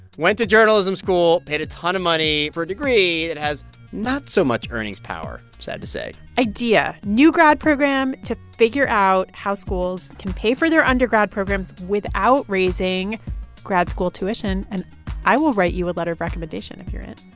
went to journalism school, paid a ton of money for a degree that has not so much earnings power, sad to say idea new grad program to figure out how schools can pay for their undergrad programs without raising grad school tuition. and i will write you a letter of recommendation if you're in